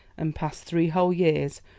and passed three whole years,